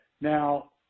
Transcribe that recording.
Now